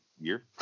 year